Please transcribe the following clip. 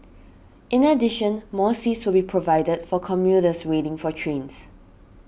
in addition more seats will be provided for commuters waiting for trains